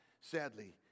sadly